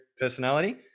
personality